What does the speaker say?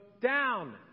down